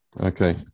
Okay